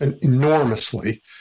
enormously